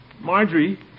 Marjorie